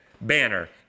banner